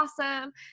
awesome